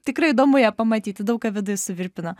tikrai įdomu ją pamatyti daug ką viduj suvirpino